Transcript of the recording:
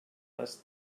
les